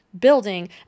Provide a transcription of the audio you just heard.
building